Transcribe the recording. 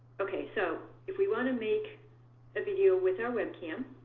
ok so, if we want to make a video with our webcam,